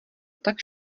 tak